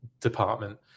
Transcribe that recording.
department